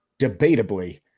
debatably